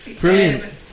Brilliant